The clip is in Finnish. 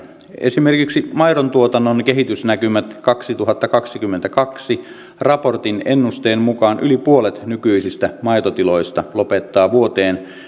esimerkiksi maidontuotannon kehitysnäkymät kaksituhattakaksikymmentäkaksi raportin ennusteen mukaan yli puolet nykyisistä maitotiloista lopettaa vuoteen